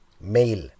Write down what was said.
male